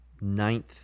ninth